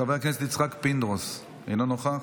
חבר הכנסת יצחק פינדרוס, אינו נוכח,